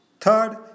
third